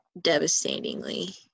devastatingly